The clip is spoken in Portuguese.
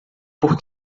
por